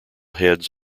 heads